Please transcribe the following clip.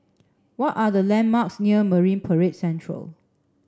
what are the landmarks near Marine Parade Central